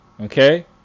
Okay